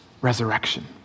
resurrection